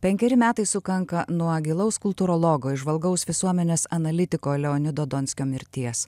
penkeri metai sukanka nuo gilaus kultūrologo įžvalgaus visuomenės analitiko leonido donskio mirties